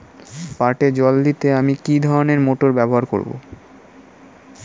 পাটে জল দিতে আমি কি ধরনের মোটর ব্যবহার করব?